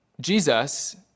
Jesus